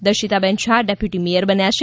દર્શિતાબેન Shah deputy mayor બન્યાં છે